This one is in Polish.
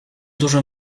dużo